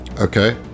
Okay